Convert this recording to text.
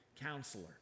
counselor